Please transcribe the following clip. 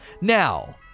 now